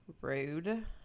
rude